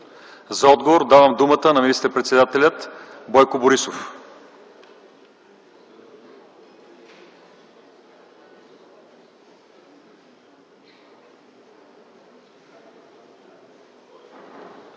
За отговор давам думата на министър-председателя Бойко Борисов.